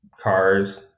cars